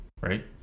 Right